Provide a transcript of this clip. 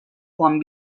quan